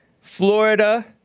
Florida